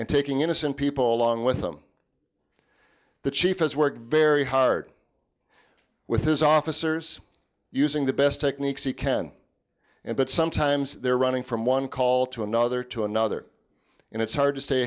and taking innocent people along with them the chief has worked very hard with his officers using the best techniques he can and but sometimes they're running from one call to another to another and it's hard to stay